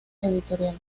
editorial